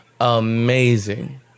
amazing